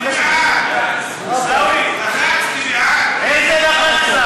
לחצתי בעד.